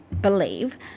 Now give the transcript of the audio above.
believe